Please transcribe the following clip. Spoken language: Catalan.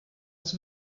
els